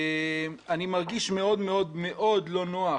אני מרגיש מאוד מאוד מאוד לא נוח